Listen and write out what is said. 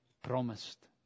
promised